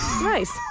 Nice